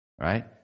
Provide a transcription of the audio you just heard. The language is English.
Right